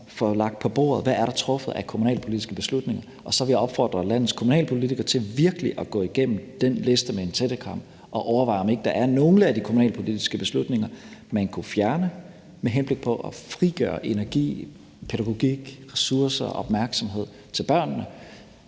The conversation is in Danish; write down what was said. få lagt frem på bordet, hvad der er truffet af kommunalpolitiske beslutninger. Og så vil jeg opfordre landets kommunalpolitikere til virkelig at gå den liste igennem med en tættekam og overveje, om ikke der er nogle af de kommunalpolitiske beslutninger, man kunne fjerne med henblik på at frigøre energi, pædagogik, ressourcer og opmærksomhed til børnene,